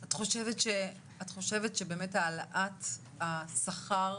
את חושבת שהעלאת השכר